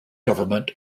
government